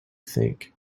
think